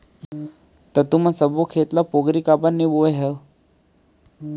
त तुमन सब्बो खेत ल पोगरी काबर नइ बोंए ह?